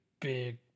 big